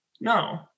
no